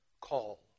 call